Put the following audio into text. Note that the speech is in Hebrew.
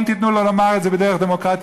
אם תיתנו לו לומר את זה בדרך דמוקרטית,